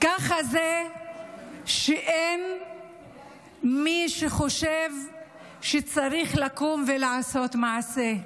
ככה זה כשאין מי שחושב שצריך לקום ולעשות מעשה.